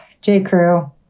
J.Crew